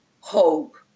hope